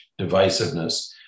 divisiveness